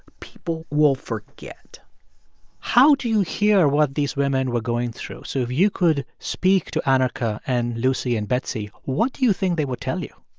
people will forget how do you hear what these women were going through? so if you could speak to anarcha and lucy and betsey, what do you think they would tell you?